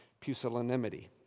pusillanimity